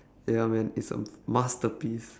ya man it's a masterpiece